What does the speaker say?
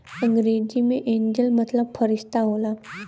अंग्रेजी मे एंजेल मतलब फ़रिश्ता होला